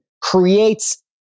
creates